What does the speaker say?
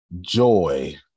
joy